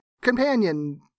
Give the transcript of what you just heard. companion